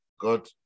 God